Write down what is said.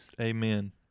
Amen